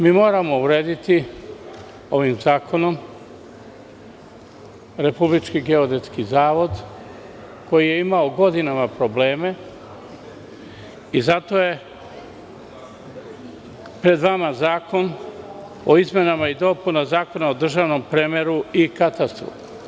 Mi moramo ureditiovim zakonom RGZ koji je imao godinama probleme i zato je pred vama zakon o izmenama i dopunama Zakona o državnom premeru i katastru.